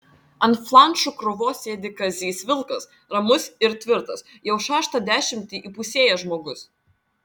ant flanšų krūvos sėdi kazys vilkas ramus ir tvirtas jau šeštą dešimtį įpusėjęs žmogus